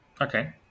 Okay